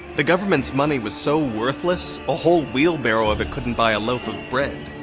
the government's money was so worthless a whole wheelbarrow of it couldn't buy a loaf of bread.